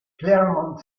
claremont